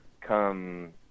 come